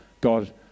God